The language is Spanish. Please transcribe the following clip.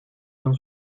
con